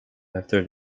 after